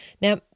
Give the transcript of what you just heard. Now